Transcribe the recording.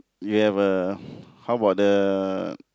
you have a how about the